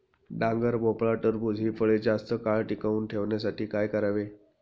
डांगर, भोपळा, टरबूज हि फळे जास्त काळ टिकवून ठेवण्यासाठी काय करावे?